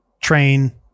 train